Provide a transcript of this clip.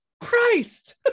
Christ